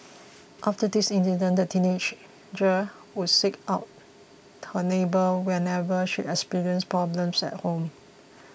after this incident the would seek out her neighbour whenever she experienced problems at home